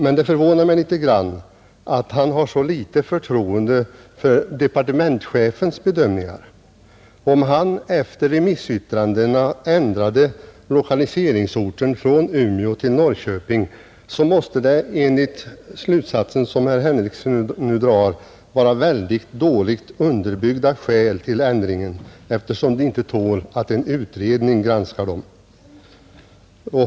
Men det förvånar mig något att herr Henrikson har så litet förtroende för departementschefens bedömningar. Om han efter remissyttrandena ändrade lokaliseringsorten från. Umeå till Norrköping, så måste det enligt den slutsats som herr Henrikson nu drar vara väldigt dåligt underbyggda skäl till ändringen eftersom de inte tål att en utredning granskar dem.